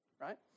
right